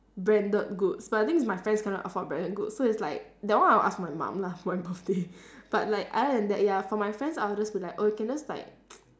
branded goods but the thing is my friends cannot afford branded good so it's like that one I'll ask my mum lah for my birthday but like other than that ya for my friends I'll just be like oh you can just like